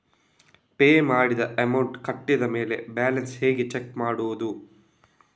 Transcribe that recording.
Pay ಮಾಡಿದ amount ಕಟ್ಟಿದ ಮೇಲೆ ಬ್ಯಾಲೆನ್ಸ್ ಹೇಗೆ ಚೆಕ್ ಮಾಡುವುದು?